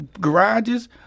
garages